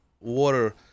water